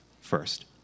first